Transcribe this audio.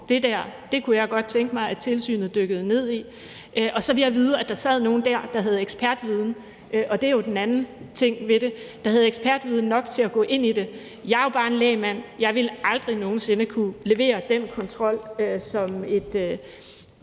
det der kunne jeg godt tænke mig at tilsynet dykkede ned i. Og så ville jeg vide, at der sad nogle der, der havde ekspertviden nok – og det er jo den anden ting ved det – til at gå ind i det. Jeg er jo bare en lægmand. Jeg ville aldrig nogen sinde kunne levere den kontrol, som et